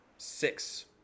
six